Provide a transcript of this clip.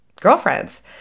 girlfriends